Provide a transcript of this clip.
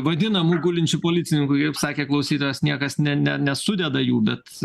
vadinamų gulinčių policininkų ir kaip sakė klausytojas niekas ne ne nesudeda jų bet